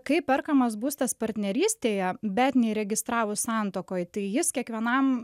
kai perkamas būstas partnerystėje bet neįregistravus santuokoj tai jis kiekvienam